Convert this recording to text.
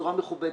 בצורה מכובדת,